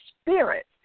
spirit